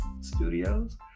Studios